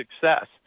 success